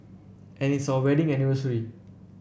and it's our wedding anniversary